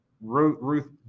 Ruth